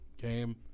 game